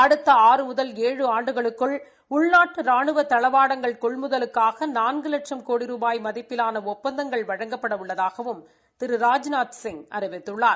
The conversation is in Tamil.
அடுத்த ஆறு முதல் ஏழு ஆண்டுகளுக்குள் உள்நாட்டு ரானுவ தளவாடங்கள் கொள்முதலுக்கான நான்கு லட்சம் கோடி ரூபாய் மதிப்பிலான ஒப்பந்தங்கள் வழங்கப்பட உள்ளதாகவும் திரு ராஜ்நாத்சிங் அறிவித்துள்ளார்